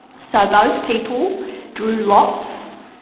so both people drew lots,